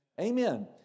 Amen